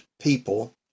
people